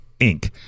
Inc